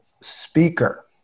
speaker